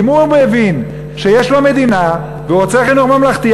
אם הוא הבין שיש לו מדינה והוא רוצה חינוך ממלכתי,